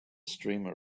streamer